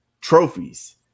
trophies